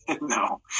no